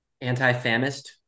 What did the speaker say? Anti-famist